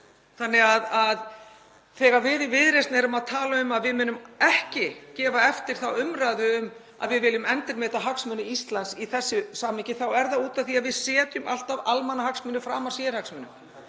fyrir. Þegar við í Viðreisn erum að tala um að við munum ekki gefa eftir þá umræðu að við viljum endurmeta hagsmuni Íslands í þessu samhengi þá er það út af því að við setjum almannahagsmuni alltaf framar sérhagsmunum.